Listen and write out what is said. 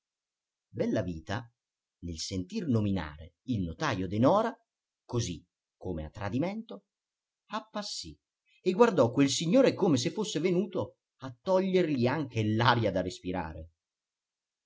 denora bellavita nel sentir nominare il notajo denora così come a tradimento appassì e guardò quel signore come se fosse venuto a togliergli anche l'aria da respirare